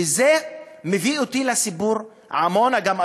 וזה מביא אותי לסיפור עמונה גם,